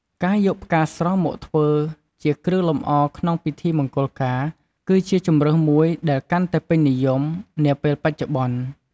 ការយកផ្កាស្រស់ មកធ្វើជាគ្រឿងលម្អក្នុងពិធីមង្គលការ គឺជាជម្រើសមួយដែលកាន់តែពេញនិយមនាពេលបច្ចុប្បន្ន ។